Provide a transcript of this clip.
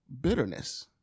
bitterness